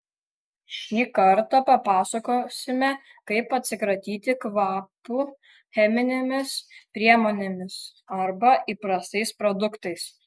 šį kartą papasakosime kaip atsikratyti kvapų cheminėmis priemonėmis arba įprastais produktais